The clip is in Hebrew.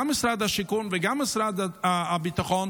גם משרד השיכון וגם משרד הביטחון,